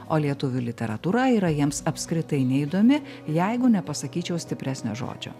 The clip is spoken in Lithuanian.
o lietuvių literatūra yra jiems apskritai neįdomi jeigu nepasakyčiau stipresnio žodžio